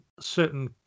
certain